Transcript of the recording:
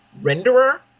renderer